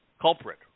culprit